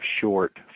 short